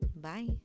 Bye